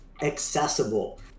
accessible